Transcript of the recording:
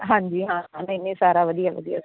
ਹਾਂਜੀ ਹਾਂ ਨਹੀਂ ਨਹੀਂ ਸਾਰਾ ਵਧੀਆ